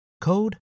code